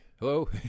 Hello